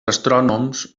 astrònoms